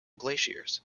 glaciers